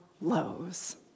lows